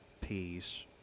peace